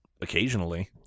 Occasionally